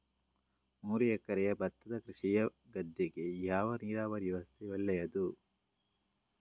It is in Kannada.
ಮೂರು ಎಕರೆ ಭತ್ತದ ಕೃಷಿಯ ಗದ್ದೆಗೆ ಯಾವ ನೀರಾವರಿ ವ್ಯವಸ್ಥೆ ಒಳ್ಳೆಯದು?